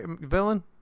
villain